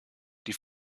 die